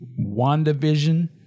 WandaVision